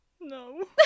No